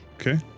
Okay